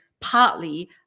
partly